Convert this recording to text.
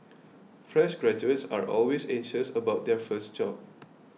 fresh graduates are always anxious about their first job